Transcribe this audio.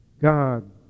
God